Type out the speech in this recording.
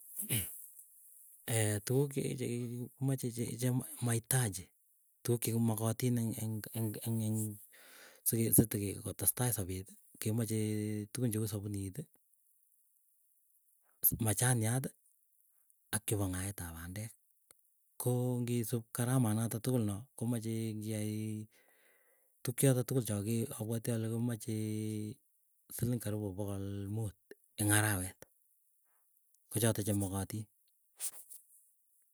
tukuk che chek chekimache maitaji tugukuk chemakatin eng eng seteke kotestai sopeti kemache tugun cheu sapuniiti, machaniati ak chepo ng'aet ap pandek. Koo ngisup karamanataktukul noo komeche ngiai tukchoto tukul choo ke apwati ale komachee, siling karipu pokol muut eng' arawet. Kochoto chemakatin.